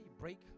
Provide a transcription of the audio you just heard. break